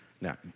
Now